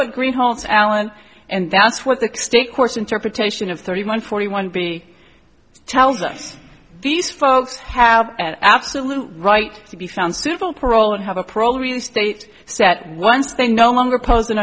what green holds allen and that's what the state courts interpretation of thirty one forty one b tells us these folks have an absolute right to be found suitable parole and have a pro real estate set once they no longer pose an